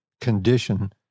condition